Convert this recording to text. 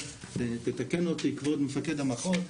ותתקן אותי כבוד מפקד המחוז,